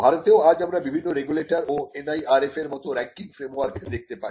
ভারতেও আজ আমরা বিভিন্ন রেগুলেটর ও NIRF এর মতো রেংকিং ফ্রেমওয়ার্ক দেখতে পাই